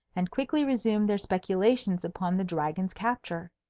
and quickly resumed their speculations upon the dragon's capture.